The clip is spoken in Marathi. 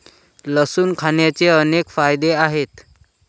लसूण खाण्याचे अनेक फायदे आहेत